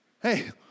hey